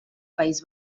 país